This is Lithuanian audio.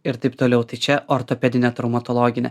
ir taip toliau tai čia ortopedinė traumatologinė